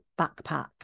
backpack